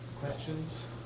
Questions